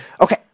Okay